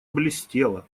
блестело